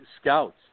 scouts